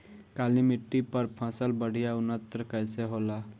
काली मिट्टी पर फसल बढ़िया उन्नत कैसे होला?